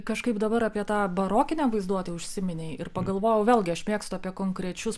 kažkaip dabar apie tą barokinę vaizduotę užsiminei ir pagalvojau vėlgi aš mėgstu apie konkrečius